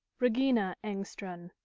regina engstrand,